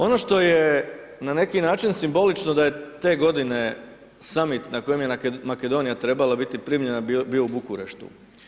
Ono što je na neki način simbolično da je te godine summit na kojem je Makedonija trebala biti primljena bio u Bukureštu.